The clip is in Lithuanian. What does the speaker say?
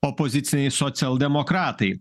opoziciniai socialdemokratai